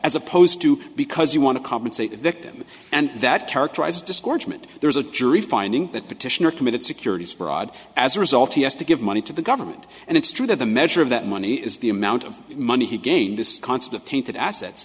as opposed to because you want to compensate the victim and that characterizes discouragement there's a jury finding that petitioner committed securities fraud as a result he has to give money to the government and it's true that the measure of that money is the amount of money he gained this concept of tainted assets